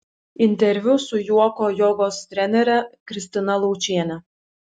interviu su juoko jogos trenere kristina laučiene